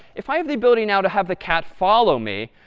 if i have the ability now to have the cat follow me,